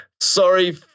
sorry